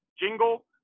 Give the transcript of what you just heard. jingle